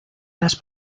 las